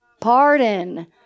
pardon